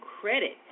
credit